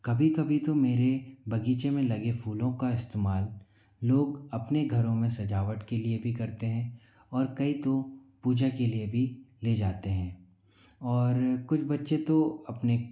कभी कभी तो मेरे बगीचे में लगे फूलों का इस्तेमाल लोग अपने घरों में सजावट के लिए भी करते हैं और कई तो पूजा के लिए भी ले जाते हैं और कुछ बच्चे तो अपने